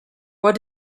what